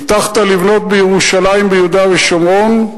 הבטחת לבנות בירושלים וביהודה ושומרון.